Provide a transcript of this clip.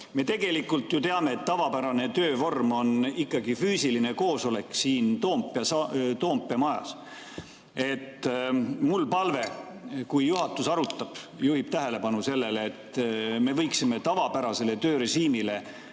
Me tegelikult ju teame, et tavapärane töövorm on ikkagi füüsiline koosolek siin Toompea majas. Mul on palve: kui juhatus arutab, juhib tähelepanu sellele, siis me võiksime ka Riigikogus tavapärasele töörežiimile